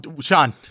Sean